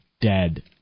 dead